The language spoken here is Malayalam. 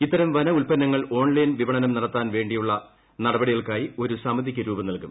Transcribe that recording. ഇത്തരം വന ഉത്പന്ന്ങൾ ഓൺലൈൻ വിപണനം നടത്താൻ വേണ്ട്ടീയുള്ള നടപടികൾക്കായി ഒരു സമിതിക്ക് രൂപം നൽകും